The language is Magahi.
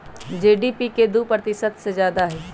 जी.डी.पी के दु प्रतिशत से जादा हई